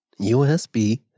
USB